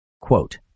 Quote